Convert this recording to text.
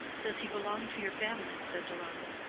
does he belong to your family? said deronda.